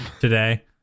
today